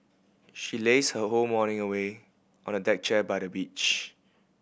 she lazed her whole morning away on a deck chair by the beach